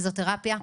ופיזיותרפיה.